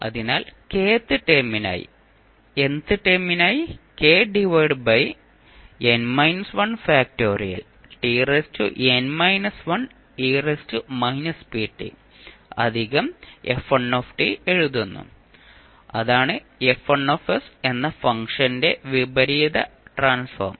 അതിനാൽ kth ടേമിനായി nth ടേമിനായി അധികം എഴുതുന്നു അതാണ് എന്ന ഫംഗ്ഷന്റെ വിപരീത ലാപ്ലേസ് ട്രാൻസ്ഫോം